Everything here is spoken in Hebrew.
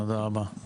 תודה רבה.